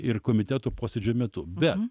ir komitetų posėdžių metu bet